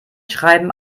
schreiben